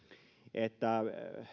että